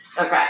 Okay